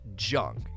junk